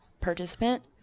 participant